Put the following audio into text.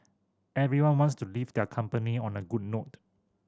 everyone wants to leave their company on a good note